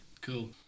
Cool